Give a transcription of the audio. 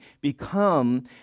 become